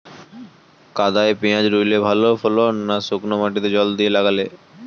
কাদায় পেঁয়াজ রুইলে ভালো ফলন না শুক্নো মাটিতে জল দিয়ে লাগালে?